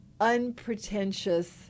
Unpretentious